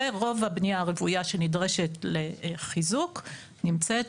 רוב הבנייה הרוויה שנדרשת לחיזוק נמצאת